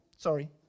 Sorry